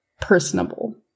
personable